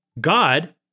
God